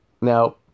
Now